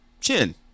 chin